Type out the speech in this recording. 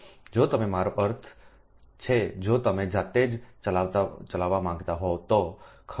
જો તમે મારો અર્થ છે જો તમે જાતે જ ચલાવવા માંગતા હોવ તો ખરું